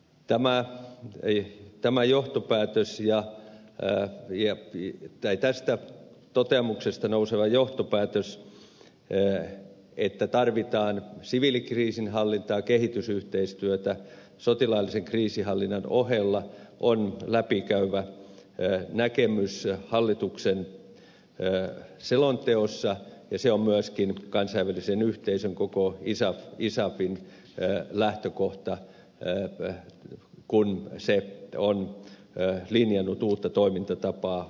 tämä riihi tämä johtopäätös ja jää liiaksi tai tästä toteamuksesta nouseva johtopäätös että tarvitaan siviilikriisinhallintaa kehitysyhteistyötä sotilaallisen kriisinhallinnan ohella on läpikäyvä näkemys hallituksen selonteossa ja se on myöskin kansainvälisen yhteisön koko isafin lähtökohta kun se on linjannut uutta toimintatapaa afganistanissa